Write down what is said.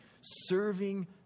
serving